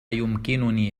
يمكنني